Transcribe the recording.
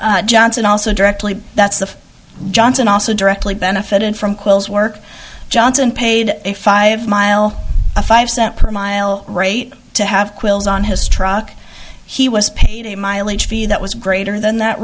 him johnson also directly that's the johnson also directly benefited from quills work johnson paid a five mile a five cent per mile rate to have quills on his truck he was paid a mileage fee that was greater than that